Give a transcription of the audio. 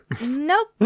Nope